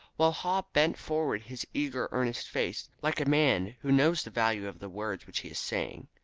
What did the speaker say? while haw bent forward his eager, earnest face, like a man who knows the value of the words which he is saying.